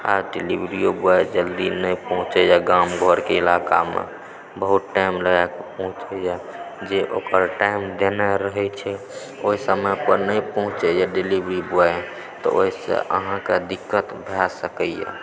आ डिलेवरीयो ब्यॉय जल्दी नहि पहुँचिया गाँम घरके ईलाकामे बहुत टाइम लगा के पहुँचिया जे ओकर टाइम देने रहै छै समय पर नहि पहुँचिया डिलेवरी ब्यॉय त ओहिसँ अहाँके दिक्कत भए सकैया